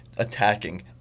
Attacking